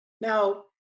Now